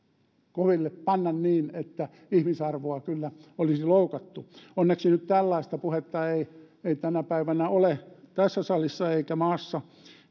koville niin että ihmisarvoa kyllä olisi loukattu onneksi nyt tällaista puhetta ei ei tänä päivänä ole tässä salissa eikä maassa